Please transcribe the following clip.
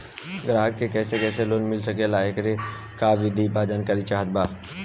ग्राहक के कैसे कैसे लोन मिल सकेला येकर का विधि बा जानकारी चाहत बा?